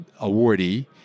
awardee